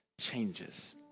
changes